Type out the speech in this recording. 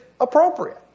appropriate